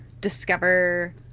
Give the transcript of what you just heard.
discover